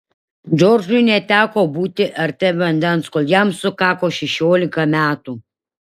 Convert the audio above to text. džordžui neteko būti arti vandens kol jam sukako šešiolika metų